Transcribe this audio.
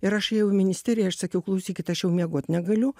ir aš ėjau į ministeriją aš sakiau klausykit aš jau miegot negaliu